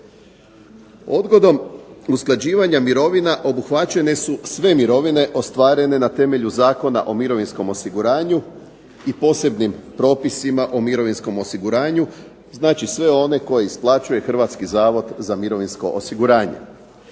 odgodom usklađivanja mirovina obuhvaćene su sve mirovine ostvarene na temelju Zakona o mirovinskom osiguranju i posebnim propisima o mirovinskom osiguranju, znači sve one koje isplaćuje Hrvatski zavod za mirovinsko osiguranje.